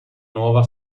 nuova